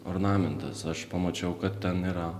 ornamentas aš pamačiau kad ten yra